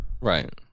Right